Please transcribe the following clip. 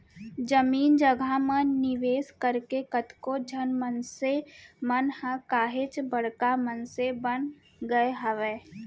जमीन जघा म निवेस करके कतको झन मनसे मन ह काहेच बड़का मनसे बन गय हावय